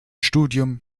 studium